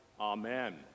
Amen